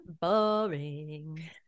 Boring